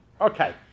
Okay